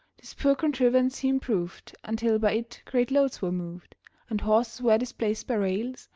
this poor contrivance he improved until by it great loads were moved and horses were displaced by rails,